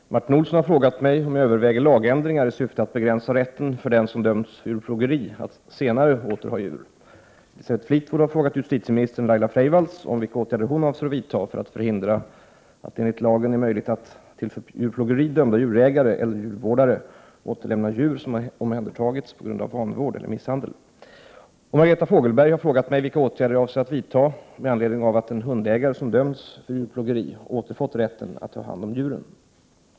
Herr talman! Martin Olsson har frågat mig om jag överväger lagändringar i syfte att begränsa rätten för den som dömts för djurplågeri att senare åter ha djur. Elisabeth Fleetwood har frågat justitieministern Laila Freivalds om vilka åtgärder hon avser att vidta för att förhindra att det enligt lagen är möjligt att till för djurplågeri dömda djurägare eller djurvårdare återlämna djur som omhändertagits på grund av vanvård eller misshandel. Margareta Fogelberg har frågat mig vilka åtgärder jag avser att vidta med anledning av att en hundägare som dömts för djurplågeri återfått rätten att ha hand om djuren.